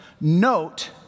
note